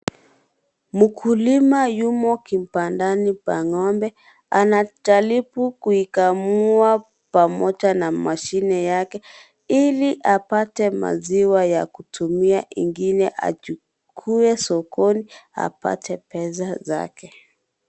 Mkulima yupo kibandani pa ng'ombe. Anajaribu kuikamua pamoja na mashine yake ili apate maziwa ya kutumia ingine achukue sokoni apate pesa zake.